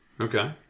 Okay